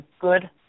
good